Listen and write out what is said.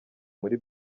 muri